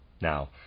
Now